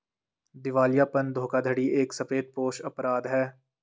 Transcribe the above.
दिवालियापन धोखाधड़ी एक सफेदपोश अपराध है